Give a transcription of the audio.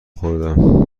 خوردم